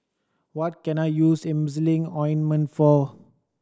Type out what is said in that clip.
what can I use Emulsying Ointment for